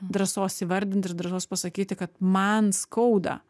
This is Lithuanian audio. drąsos įvardint ir drąsos pasakyti kad man skauda